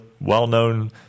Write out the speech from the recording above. well-known